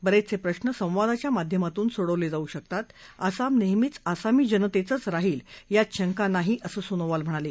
बरेचसे प्रश्न संवादाच्या माध्यमातून सोडवले जाऊ शकतात आसाम नेहमीच आसामी जनतेचं राहिल यात शंका नाही असं सोनोवाल म्हणाले